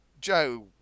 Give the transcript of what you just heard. Joe